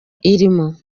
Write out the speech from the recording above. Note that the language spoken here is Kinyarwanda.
irimo